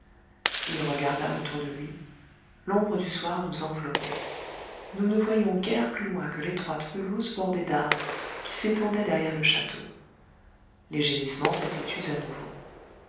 il regarda autour de lui l'ombre du soir nous enveloppait nous ne voyions guère plus loin que l'étroite pelouse bordée d'arbres qui s'étendait derrière le château les gémissements s'étaient tus à nouveau